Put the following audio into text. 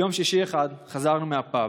יום שישי אחד חזרנו מהפאב.